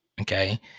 okay